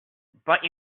but